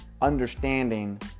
understanding